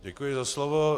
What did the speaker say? Děkuji za slovo.